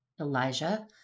Elijah